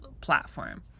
platform